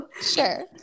Sure